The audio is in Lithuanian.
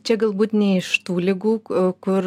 čia galbūt ne iš tų ligų kur